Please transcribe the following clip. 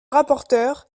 rapporteur